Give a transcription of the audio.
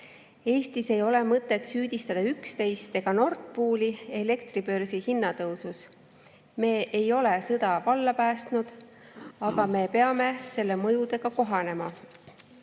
Eestis ei ole mõtet süüdistada üksteist ega Nord Pooli elektribörsi hinnatõusus. Me ei ole sõda valla päästnud, aga me peame selle mõjudega kohanema.